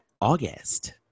August